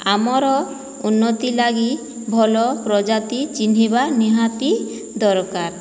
ଆମର ଉନ୍ନତି ଲାଗି ଭଲ ପ୍ରଜାତି ଚିହ୍ନିବା ନିହାତି ଦରକାର